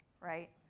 right